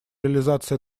реализация